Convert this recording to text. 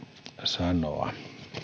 sanoa